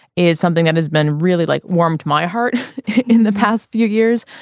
it's something that has been really like warmed my heart in the past few years.